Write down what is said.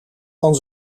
van